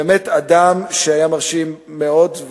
באמת אדם שהיה מרשים מאוד,